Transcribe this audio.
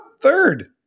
Third